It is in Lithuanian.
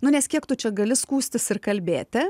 nu nes kiek tu čia gali skųstis ir kalbėti